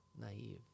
naive